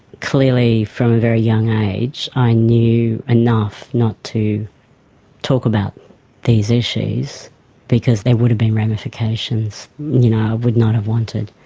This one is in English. clearly from a very young age i knew enough not to talk about these issues because there would have been ramifications i you know would not have wanted.